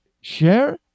share